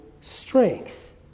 strength